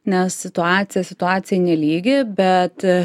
nes situacija situacijai nelygi bet